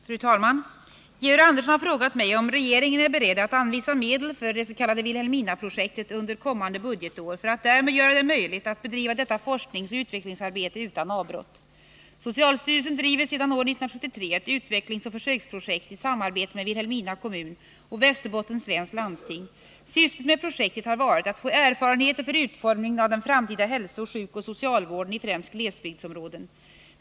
Fru talman! Georg Andersson har frågat mig om regeringen är beredd att anvisa medel för det s.k. Vilhelminaprojektet under kommande budgetår för att därmed göra det möjligt att bedriva detta forskningsoch utvecklingsarbete utan avbrott. Socialstyrelsen driver sedan år 1973 ett utvecklingsoch försöksprojekt i samarbete med Vilhelmina kommun och Västerbottens läns landsting. Syftet med projektet har varit att få erfarenheter för utformningen av den framtida hälso-, sjukoch socialvården i främst glesbygdsområden.